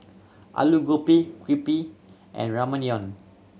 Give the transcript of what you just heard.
Alu Gobi Crepe and Ramyeon